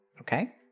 Okay